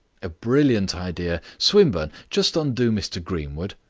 a brilliant idea. swinburne, just undo mr greenwood.